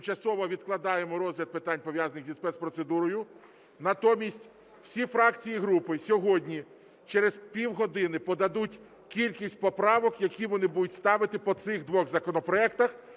поки тимчасово відкладаємо розгляд питань, пов'язаних зі спецпроцедурою. Натомість всі фракції і групи сьогодні через пів години подадуть кількість поправок, які вони будуть ставити по цих двох законопроектах,